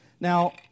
Now